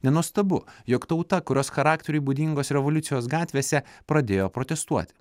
nenuostabu jog tauta kurios charakteriui būdingos revoliucijos gatvėse pradėjo protestuot